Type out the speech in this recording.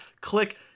Click